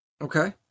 Okay